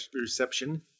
reception